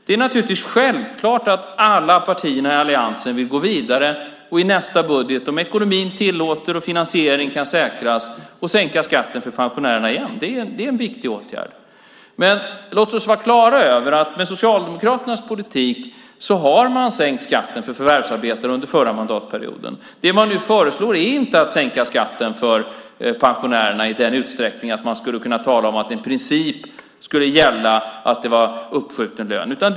Det är självklart att alla partier i alliansen vill gå vidare och i nästa budget, om ekonomin tillåter och finansieringen kan säkras, sänka skatten för pensionärerna igen. Det är en viktig åtgärd. Låt oss vara klara över att man med Socialdemokraternas politik sänkte skatten för förvärvsarbetande under den förra mandatperioden. Det man nu föreslår är inte att sänka skatten för pensionärerna i den utsträckning att man kunde säga att en princip om att det var uppskjuten lön skulle gälla.